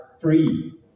free